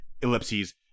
ellipses